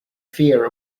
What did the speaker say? fear